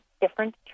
different